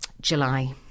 July